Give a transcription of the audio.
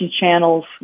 channels